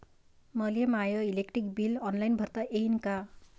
मले my electric bill online भरता येईन का?